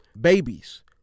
babies